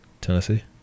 tennessee